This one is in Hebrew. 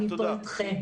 אני אתכם לאורך כל הדיון.